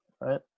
right